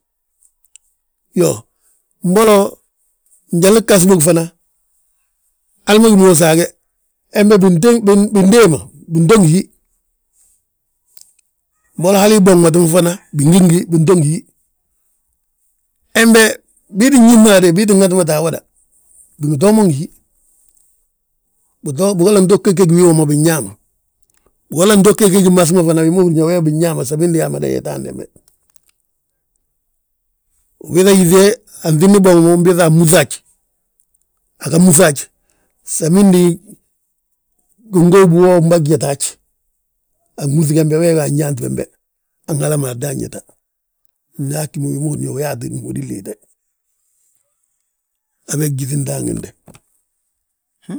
Iyoo, mbolo njali ghas bogi fanan, hali ma gí mo usaage, hebe bindée ma, binto ngi hi. Mbolo hali boŋi ma fana, bingi ngi hi, binto ngi hí. Hembe bii tti yis ma bii tti ŋatimate awoda, bingi too mo ngi hí. Bigolla nto gege gi wii wom ma binñaa ma, bigolla nto gege gi mas ma fana, wi ma húri yaa we binñaa ma samindi amada yeta hande be. Ubiiŧa yíŧi he, anŧidni boŋu mo, unbiiŧa anmúŧi haj, aga múŧi haj, samndi gingow biwooye mbagi jeta haj. A gmúŧi gembe wee wi anyaanti bembe, han hala ma dan yeta. Nda agí mo hi ma húrin yaa uyaata a gihódin liite habe gyíŧi ndaangide.